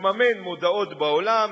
לממן מודעות בעולם,